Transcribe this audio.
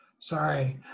Sorry